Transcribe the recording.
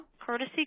Courtesy